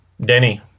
Denny